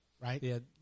Right